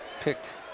picked